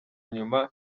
nyuma